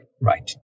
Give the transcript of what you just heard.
Right